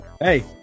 Hey